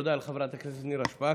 תודה לחברת הכנסת נירה שפק.